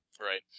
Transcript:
Right